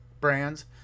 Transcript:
brands